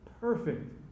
perfect